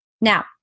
Now